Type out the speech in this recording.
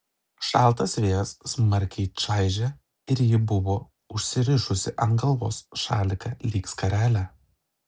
šaltas vėjas smarkiai čaižė ir ji buvo užsirišusi ant galvos šaliką lyg skarelę